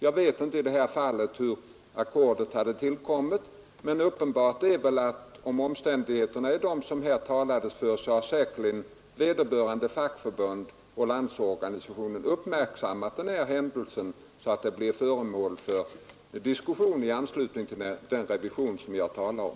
Jag vet inte hur ackordet i det berörda fallet hade tillkommit och om det fanns en uppgörelse, men är omständigheterna de som nämndes har säkerligen vederbörande fackförbund och Landsorganisationen uppmärksammat händelsen, så att den blir föremål för diskussion i anslutning till den revision som jag talade om.